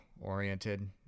oriented